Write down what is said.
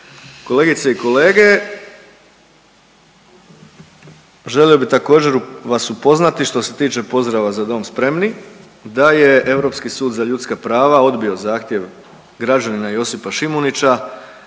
Kolegice i kolege želio bih također vas upoznati što se tiče pozdrava „Za dom spremni“ da je Europski sud za ljudska prava odbio zahtjev građanina Josipa Šimunića